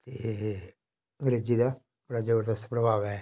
ते अंग्रेजी दा बड़ा जबरदस्त प्रभाव ऐ